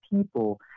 people